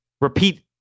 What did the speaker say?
Repeat